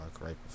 right